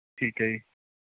ਠੀਕ ਹੈ ਜੀ